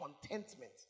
contentment